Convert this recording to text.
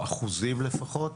אחוזים לפחות.